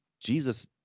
Jesus